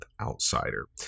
outsider